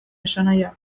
esanahia